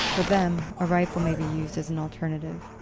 them, a rifle may be used as an alternative.